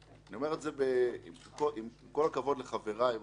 עם כל הכבוד לחבריי מהמינהל האזרחי,